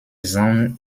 sound